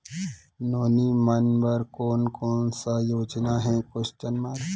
नोनी मन बर कोन कोन स योजना हे?